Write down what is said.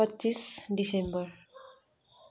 पच्चिस दिसम्बर